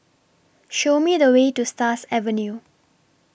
Show Me The Way to Stars Avenue